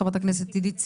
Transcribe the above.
חברת הכנסת עידית סילמן.